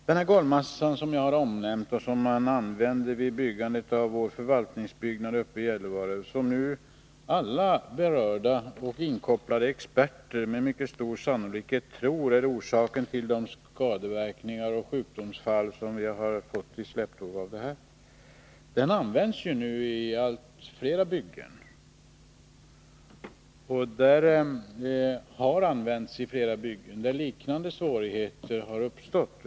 Den golvmassa som jag har omnämnt och som man använt vid uppförandet av vår förvaltningsbyggnad uppe i Gällivare — och som nu alla berörda och inkopplade experter bedömer med mycket stor sannolikhet vara orsaken till de skadeverkningar och sjukdomsfall som vi har fått i släptåg sedan byggnaden togs i bruk — används nu i allt fler byggen och har använts i många byggen, där liknande svårigheter har uppstått.